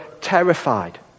terrified